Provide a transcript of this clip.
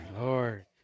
Lord